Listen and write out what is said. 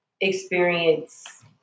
experience